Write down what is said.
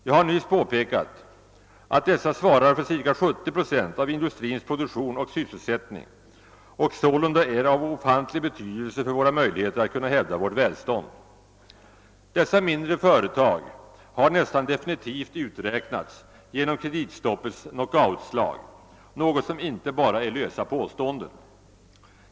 Jag har nyss påpekat att dessa svarar för ca 70 procent av industrins produktion och sysselsättning och sålunda är av ofantlig betydelse för våra möjligheter att kunna hävda vårt välstånd. Dessa mindre företag har nästan definitivt uträknats genom kreditstoppets knockoutslag, något som icke bara är lösa påståenden.